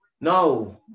No